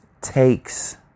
takes